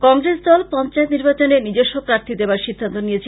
কংগ্রেস দল পঞ্চায়েত নির্বাচনে নিজস্ব প্রার্থী দেবার সিন্ধান্ত নিয়েছে